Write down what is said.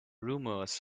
rumors